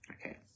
okay